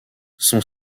son